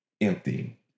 empty